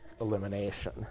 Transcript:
elimination